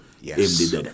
Yes